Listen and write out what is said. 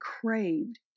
craved